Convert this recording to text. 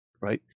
right